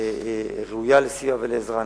היא ראויה לסיוע ולעזרה.